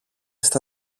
στα